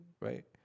Right